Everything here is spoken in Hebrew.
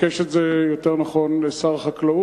ביקש את זה שר החקלאות,